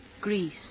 Greece